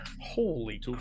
Holy